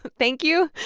thank you.